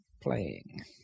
playing